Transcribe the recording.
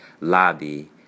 lobby